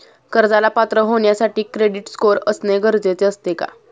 कर्जाला पात्र होण्यासाठी क्रेडिट स्कोअर असणे गरजेचे असते का?